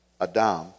Adam